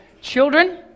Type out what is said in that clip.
children